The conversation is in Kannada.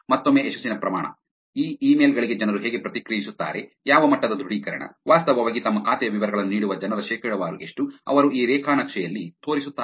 ಮತ್ತೊಮ್ಮೆ ಯಶಸ್ಸಿನ ಪ್ರಮಾಣ ಈ ಇಮೇಲ್ ಗಳಿಗೆ ಜನರು ಹೇಗೆ ಪ್ರತಿಕ್ರಿಯಿಸುತ್ತಾರೆ ಯಾವ ಮಟ್ಟದ ದೃಢೀಕರಣ ವಾಸ್ತವವಾಗಿ ತಮ್ಮ ಖಾತೆಯ ವಿವರಗಳನ್ನು ನೀಡುವ ಜನರ ಶೇಕಡಾವಾರು ಎಷ್ಟು ಅವರು ಈ ರೇಖಾ ನಕ್ಷೆಯಲ್ಲಿ ತೋರಿಸುತ್ತಾರೆ